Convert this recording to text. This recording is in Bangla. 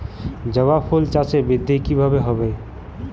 জবা ফুল চাষে বৃদ্ধি কিভাবে হবে?